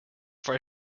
for